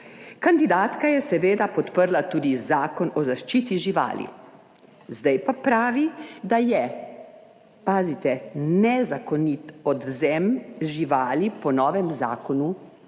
Kandidatka je seveda podprla tudi Zakon o zaščiti živali. Zdaj pa pravi, da je – pazite - nezakonit odvzem živali po novem zakonu,